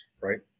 right